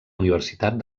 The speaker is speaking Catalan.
universitat